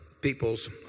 people's